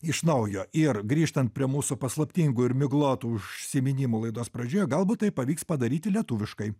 iš naujo ir grįžtant prie mūsų paslaptingų ir miglotų užsiminimų laidos pradžioje galbūt tai pavyks padaryti lietuviškai